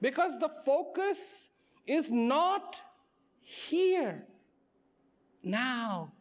because the focus is not here no